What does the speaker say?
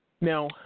Now